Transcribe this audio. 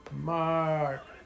Mark